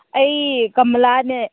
ꯑꯩ ꯀꯃꯥꯂꯥꯅꯦ